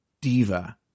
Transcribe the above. diva